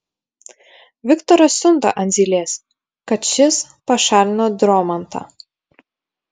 viktoras siunta ant zylės kad šis pašalino dromantą